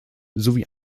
sowie